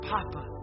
Papa